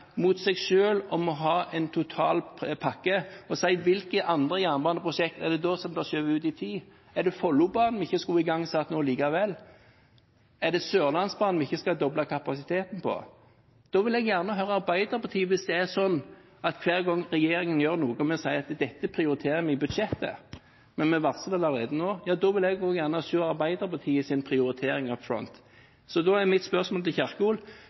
seg selv om å ha en totalpakke og si hvilke andre jernbaneprosjekt det da er som blir skjøvet ut i tid. Er det Follobanen vi ikke skulle igangsatt nå likevel? Er det Sørlandsbanen vi ikke skal doble kapasiteten på? Hvis det er sånn at hver gang regjeringen gjør noe og vi sier at dette prioriterer vi i budsjettet, men vi varsler det allerede nå – da vil jeg òg gjerne se Arbeiderpartiets prioritering up front. Mitt spørsmål til Kjerkol